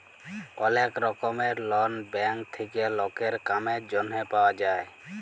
ওলেক রকমের loan bank থেক্যে লকের কামের জনহে পাওয়া যায়